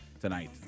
tonight